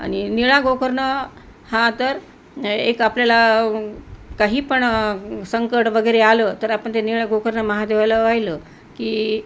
आणि निळा गोकर्ण हा तर एक आपल्याला काही पण संकट वगैरे आलं तर आपण ते निळा गोकर्ण महादेवाला वाहिला की